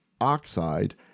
oxide